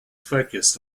focused